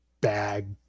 Bag